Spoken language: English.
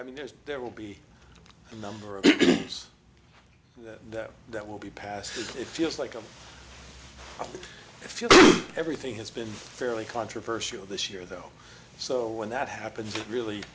i mean there's there will be a number of years that will be passed it feels like a few everything has been fairly controversial this year though so when that happens really